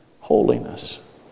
holiness